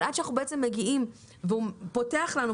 עד שאנחנו מגיעים והוא פותח לנו.